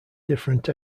different